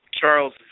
charles